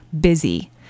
busy